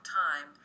time